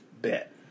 Bet